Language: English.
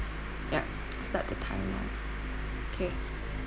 ya I start the timer now okay